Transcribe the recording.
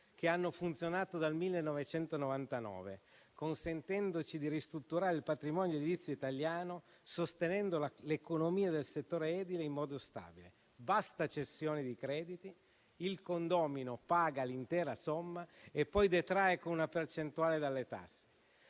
che ha funzionato dal 1999, consentendoci di ristrutturare il patrimonio edilizio italiano sostenendo l'economia del settore edile in modo stabile. Basta cessione di crediti: il condomino paga l'intera somma e poi detrae una percentuale delle tasse.